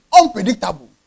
unpredictable